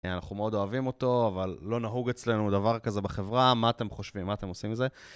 אנחנו מאוד אוהבים אותו, אבל לא נהוג אצלנו דבר כזה בחברה. מה אתם חושבים? מה אתם עושים עם זה?